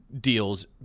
deals